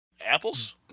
apples